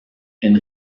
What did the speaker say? and